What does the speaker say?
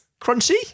Crunchy